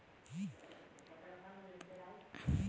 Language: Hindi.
क्या मैं कार लोन हेतु ऑनलाइन आवेदन भी कर सकता हूँ?